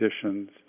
conditions